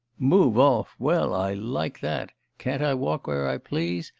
move off? well, i like that. can't i walk where i please?